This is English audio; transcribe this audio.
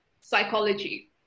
psychology